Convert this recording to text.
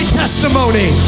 testimony